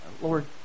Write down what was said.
Lord